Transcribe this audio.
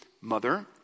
mother